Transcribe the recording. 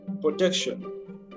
protection